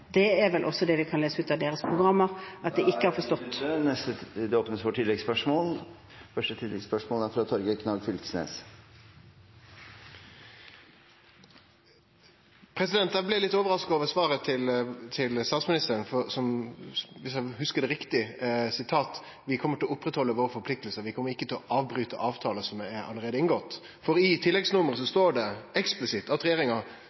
Det er vel også det vi kan lese ut av deres programmer … Da er tiden ute. Det åpnes for oppfølgingsspørsmål – først Torgeir Knag Fylkesnes. Eg blei litt overraska over svaret til statsministeren, som – viss eg hugsar det riktig – sa: Vi kjem til å oppretthalde våre forpliktingar. Vi kjem ikkje til å avbryte avtalar som allereie er inngått. I tilleggsnummeret står det eksplisitt at regjeringa